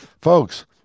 Folks